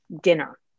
dinner